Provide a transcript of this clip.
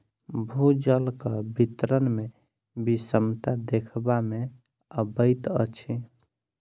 भूजलक वितरण मे विषमता देखबा मे अबैत अछि